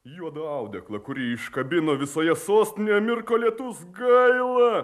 juodą audeklą kurį iškabino visoje sostinėje mirko lietus gaila